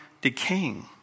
decaying